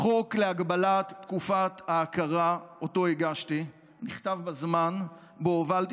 החוק להגבלת תקופת ההכרה שהגשתי נכתב בזמן שבו הובלתי